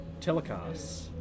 telecasts